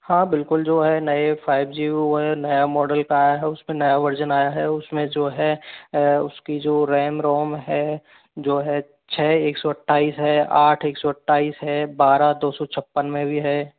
हाँ बिल्कुल जो है नए फाइव जी वो हैं नया मोडल का आया है उसमें नया वर्जन आया है उसमें जो है उसकी जो रेम रोम है जो है छः एक सौ अट्ठाईस है आठ एक सौ अट्ठाईस है बारह दो सौ छप्पन में भी है